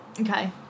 Okay